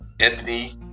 Anthony